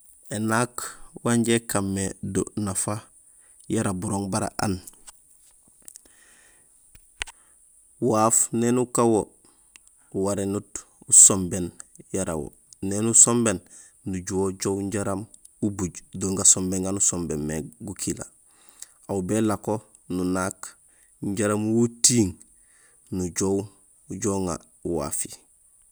Énaak wanja ékan mé do nafa yara burooŋ bara aan: waaf néni ukan wo uwarénut usombéén yara yo, néni usombéén nujuhé ujoow jaraam ubuj do gasombéén gaan usombéén mé gukila; aw bélako nunaak jaraam wo utiiŋ nujoow ujoow uŋa wafi.